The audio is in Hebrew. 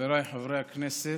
חבריי חברי הכנסת,